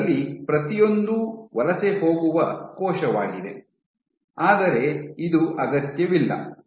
ಇವುಗಳಲ್ಲಿ ಪ್ರತಿಯೊಂದೂ ವಲಸೆ ಹೋಗುವ ಕೋಶವಾಗಿದೆ ಆದರೆ ಇದು ಅಗತ್ಯವಿಲ್ಲ